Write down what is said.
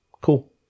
Cool